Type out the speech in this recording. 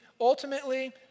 Ultimately